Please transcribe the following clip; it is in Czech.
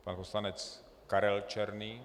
Pan poslanec Karel Černý.